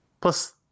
Plus